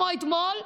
כמו אתמול,